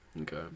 Okay